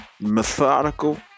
methodical